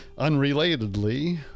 Unrelatedly